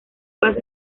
paz